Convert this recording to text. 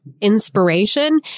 inspiration